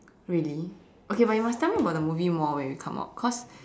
really okay but you must tell me about the movie more when we come out cause